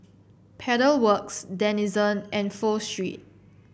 Pedal Works Denizen and Pho Street